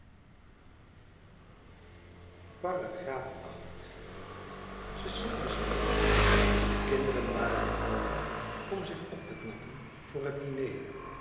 cecile was alleen de kinderen waren naar boven om zich op te knappen voor het diner